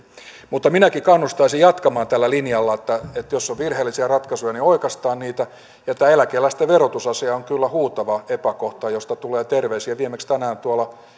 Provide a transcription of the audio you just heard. mutta minäkin kannustaisin jatkamaan tällä linjalla että jos on virheellisiä ratkaisuja niin oikaistaan niitä ja tämä eläkeläisten verotusasia on kyllä huutava epäkohta josta tulee terveisiä viimeksi tänään tuolla